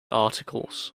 articles